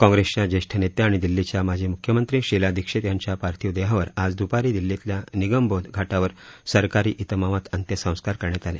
काँग्रेसच्या ज्येष्ठ नेत्या आणि दिल्लीच्या माजी मुख्यमंत्री शीला दिक्षीत यांच्या पार्थिव देहावर आज दूपारी दिल्लीतल्या निगमबोध घाटावर सरकारी तिमामात अंत्यसंस्कार करण्यात आले